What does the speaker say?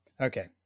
Okay